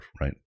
right